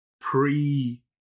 pre